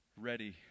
ready